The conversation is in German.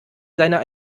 seine